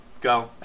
go